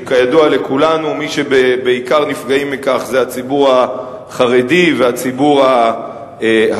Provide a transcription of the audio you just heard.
וכידוע לכולנו מי שבעיקר נפגעים מכך זה הציבור החרדי והציבור הלא-יהודי.